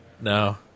no